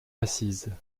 assises